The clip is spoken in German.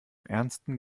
ernsten